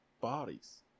bodies